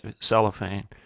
cellophane